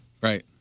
Right